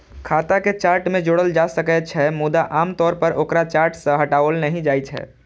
खाता कें चार्ट मे जोड़ल जा सकै छै, मुदा आम तौर पर ओकरा चार्ट सं हटाओल नहि जाइ छै